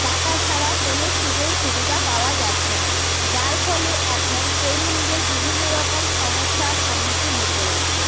টাকা ছাড়া কোনো সুযোগ সুবিধা পাওয়া যাচ্ছে না যার ফলে এখন তরুণদের বিভিন্ন রকম সমস্যার সম্মুখীন হতে হচ্ছে